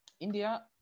India